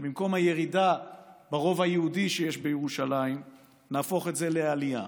שבמקום הירידה ברוב היהודי שיש בירושלים נהפוך את זה לעלייה?